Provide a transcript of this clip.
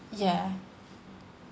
ya